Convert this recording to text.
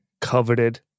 coveted